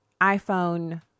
iPhone